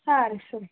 ಹಾಂ ರಿ ಸರಿ